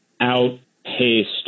outpaced